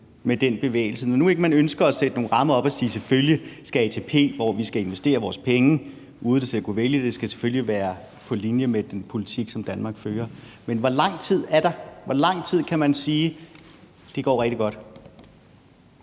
til den bevægelse? Når nu ikke man ønsker at sætte nogle rammer op og sige, at selvfølgelig skal ATP, som skal investere vores penge, uden at vi selv kan vælge det, være på linje med den politik, som Danmark fører. Men hvor lang tid er der? Hvor lang tid kan man sige: Det går rigtig godt?